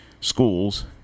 schools